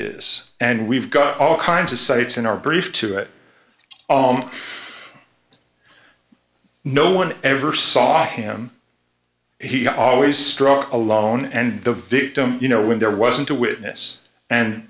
is and we've got all kinds of sites in our brief to it no one ever saw him he always struck alone and the victim you know when there wasn't a witness and